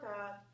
up